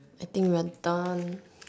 I think we are done